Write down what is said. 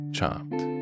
Chopped